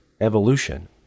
evolution